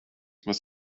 must